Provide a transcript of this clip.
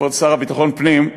כבוד השר לביטחון פנים,